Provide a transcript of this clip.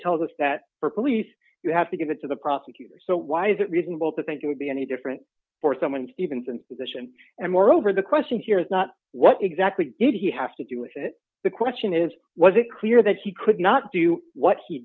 tells us that for police you have to give it to the prosecutor so why is it reasonable to think it would be any different for someone to even since addition and moreover the question here is not what exactly did he have to do with it the question is was it clear that he could not do what he